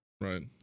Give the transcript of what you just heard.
right